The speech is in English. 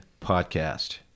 podcast